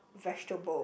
vegetable